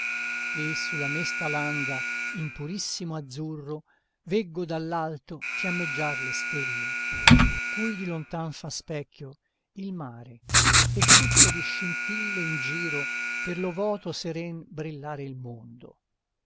e su la mesta landa in purissimo azzurro veggo dall'alto fiammeggiar le stelle cui di lontan fa specchio il mare e tutto di scintille in giro per lo vòto seren brillare il mondo